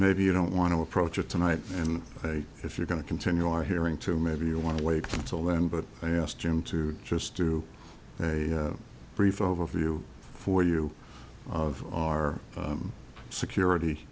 maybe you don't want to approach it tonight and if you're going to continue our hearing to maybe you want to wait until then but i asked him to just do a brief overview for you of our security